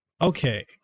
okay